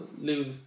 lose